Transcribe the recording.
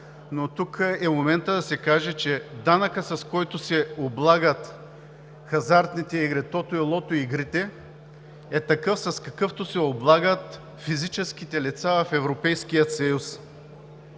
но тук е моментът да се каже, че данъкът, с който се облагат хазартните игри, тото и лото игрите, е такъв, с какъвто се облагат физическите лица в Европейския съюз.